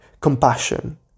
compassion